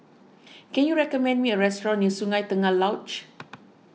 can you recommend me a restaurant near Sungei Tengah Lodge